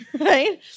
right